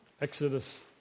Exodus